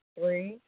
Three